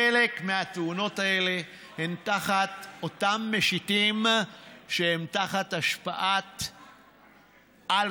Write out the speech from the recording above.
חלק מהתאונות האלה הן תחת אותם משיטים שהם תחת השפעת אלכוהול.